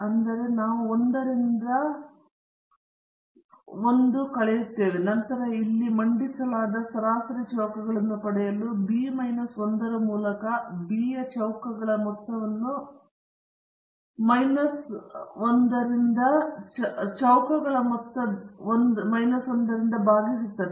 ಆದ್ದರಿಂದ ನಾವು 1 ರಿಂದ 1 ರಿಂದ 1 ರಿಂದ ಕಳೆಯುತ್ತೇವೆ ಮತ್ತು ನಂತರ ಇಲ್ಲಿ ಮಂಡಿಸಲಾದ ಸರಾಸರಿ ಚೌಕಗಳನ್ನು ಪಡೆಯಲು ಬಿ ಮೈನಸ್ 1 ರ ಮೂಲಕ b ನ ಚೌಕಗಳ ಮೊತ್ತವನ್ನು ಒಂದು ಮೈನಸ್ 1 ರಿಂದ ಚೌಕಗಳ ಮೊತ್ತವನ್ನು ಭಾಗಿಸುತ್ತದೆ